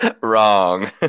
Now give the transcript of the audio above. Wrong